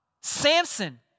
Samson